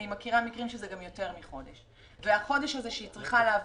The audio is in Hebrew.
אני מכירה מקרים שזה יותר מחודש והחודש הזה שהיא צריכה לעבור,